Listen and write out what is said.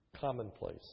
commonplace